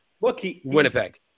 Winnipeg